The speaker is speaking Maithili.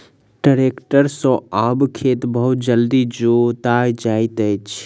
ट्रेक्टर सॅ आब खेत बहुत जल्दी जोता जाइत अछि